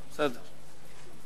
בסדר.